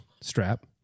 strap